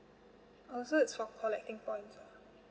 oh so it's for collecting points ah